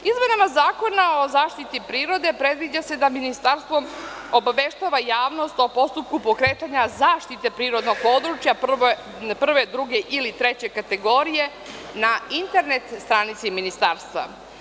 Izmenama Zakona o zaštiti prirode predviđa se da ministarstvo obaveštava javnost o postupku pokretanja zaštite prirodnog područja prve, druge ili treće kategorije na internet stranici ministarstva.